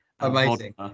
amazing